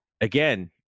Again